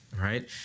Right